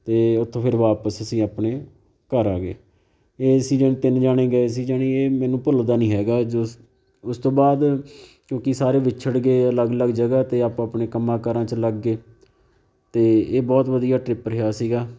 ਅਤੇ ਉੱਥੋਂ ਫਿਰ ਵਾਪਸ ਅਸੀਂ ਆਪਣੇ ਘਰ ਆ ਗਏ ਇਹ ਅਸੀਂ ਜਿਹੜੇ ਤਿੰਨ ਜਾਣੇ ਗਏ ਸੀ ਜਾਣੀ ਇਹ ਮੈਨੂੰ ਭੁੱਲਦਾ ਨਹੀਂ ਹੈਗਾ ਜੋ ਉਸ ਉਸ ਤੋਂ ਬਾਅਦ ਕਿਉਂਕਿ ਸਾਰੇ ਵਿਛੜ ਗਏ ਅਲੱਗ ਅਲੱਗ ਜਗ੍ਹਾ 'ਤੇ ਆਪੋ ਆਪਣੇ ਕੰਮਾਂ ਕਾਰਾਂ 'ਚ ਲੱਗ ਗਏ ਅਤੇ ਇਹ ਬਹੁਤ ਵਧੀਆ ਟ੍ਰਿਪ ਰਿਹਾ ਸੀਗਾ